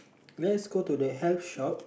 let's go to the health shop